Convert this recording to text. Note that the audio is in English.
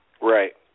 Right